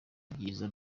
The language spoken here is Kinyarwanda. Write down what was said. n’ibyiza